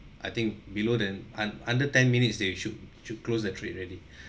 I think below than un~ under ten minutes they should should close the trade already